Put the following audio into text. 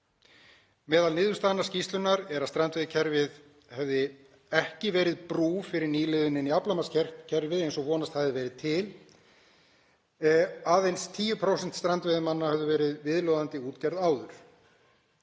Meðal niðurstaðna skýrslunnar er að strandveiðikerfið hefði ekki verið brú fyrir nýliðun inn í aflamarkskerfið eins og vonast hafði verið til, en aðeins 10% strandveiðimanna höfðu verið viðloðandi útgerð áður.